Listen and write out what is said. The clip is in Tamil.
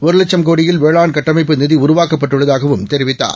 ஒருலட்சம்கோடியில்வேளாண்கட்டமைப்புநிதிஉருவாக்கப்பட் டுள்ளதாகவும்தெரிவித்தார்